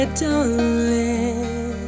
darling